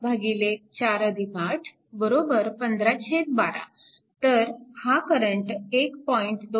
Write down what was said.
तर हा करंट 1